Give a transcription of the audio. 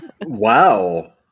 Wow